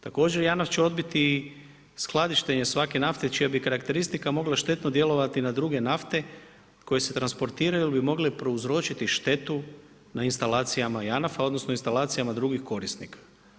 Također, JANAF će odbiti skladištenje svake nafte čija bi karakteristika mogla štetno djelovati na druge nafte koje se transportiraju jer bi mogle prouzročiti štetu na instalacijama JANAF-a odnosno instalacijama drugih korisnika.